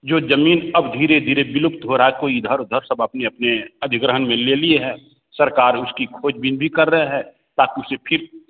जो ज़मीन अब धीरे धीरे विलुप्त हो रही है कोई इधर उधर सब अपने अपने अधिग्रहण में ले लिए हैं सरकार उसकी खोज बीन भी कर रहे हैं ताकि उसे फिर